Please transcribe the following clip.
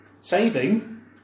Saving